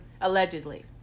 Allegedly